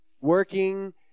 working